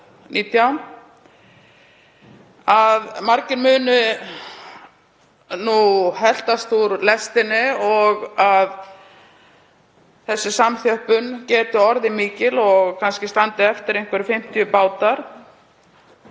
að margir muni heltast úr lestinni og samþjöppun geti orðið mikil og kannski standi eftir einhverjir 50 bátar